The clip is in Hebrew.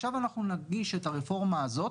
עכשיו אנחנו נגיש את הרפורמה הזאת.